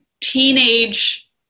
teenage